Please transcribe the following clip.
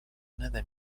ندم